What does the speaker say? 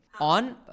on